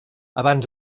abans